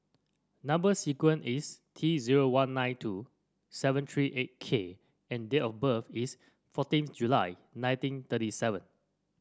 number sequence is T zero one nine two seven three eight K and date of birth is fourteen July nineteen thirty seven